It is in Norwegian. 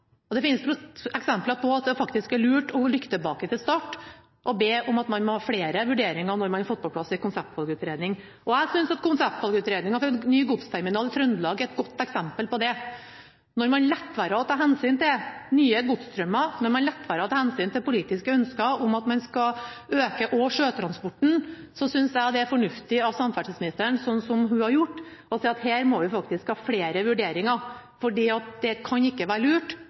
og det finnes eksempler på at det faktisk er lurt å rykke tilbake til start og be om at man må ha flere vurderinger når man har fått på plass en konseptvalgvurdering. Jeg synes at konseptvalgutredninga for ny godsterminal i Trøndelag er et godt eksempel på det. Når man lar være å ta hensyn til nye godsstrømmer, og når man lar være å ta hensyn til politiske ønsker om at man skal øke også sjøtransporten, synes jeg det er fornuftig av samferdselsministeren det hun har gjort: Hun har sagt at vi her må ha flere vurderinger, fordi det ikke kan være lurt